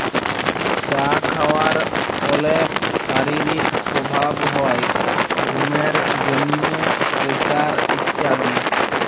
চা খাওয়ার অলেক শারীরিক প্রভাব হ্যয় ঘুমের জন্হে, প্রেসার ইত্যাদি